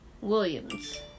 Williams